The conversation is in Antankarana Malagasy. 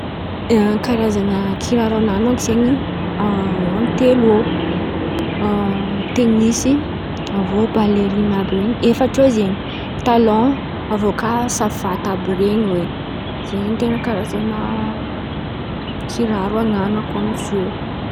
Karazan̈a kiraro an̈anako zen̈y eo amin̈'ny telo eo. Tenisy, aveo baleriny àby ren̈y, efatra eo zen̈y talon, aveo kà savaty àby ren̈y oe. Izen̈y ny ten̈a Karazan̈a kiraro ann̈ako amizio.